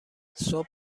صبح